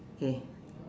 it is okay